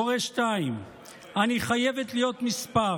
הורה 2. אני חייבת להיות מספר.